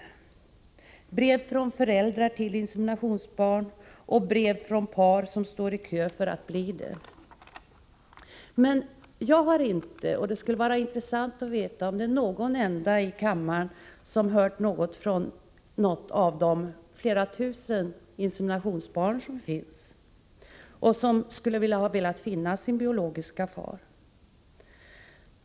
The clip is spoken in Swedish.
Det är brev från föräldrar till inseminationsbarn och brev från par som står i kö för att få bli inseminationsföräldrar. Men jag har inte hört — och det skulle vara intressant att veta om någon enda ledamot i kammaren har gjort det — något från de flera tusen inseminationsbarn som finns och som skulle ha velat finna sin biologiske far.